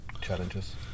challenges